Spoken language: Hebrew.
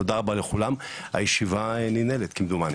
תודה רבה לכולם, הישיבה נעולה.